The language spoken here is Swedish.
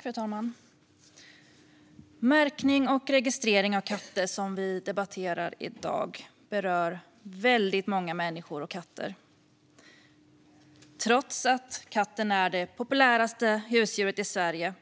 Fru talman! Märkning och registrering av katter, som vi debatterar i dag, berör väldigt många människor och katter. Trots att katten är det populäraste husdjuret i Sverige